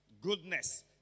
goodness